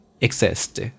exist